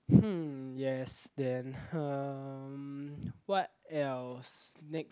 hmm yes then hmm what else next